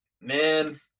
man